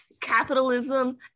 capitalism